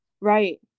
right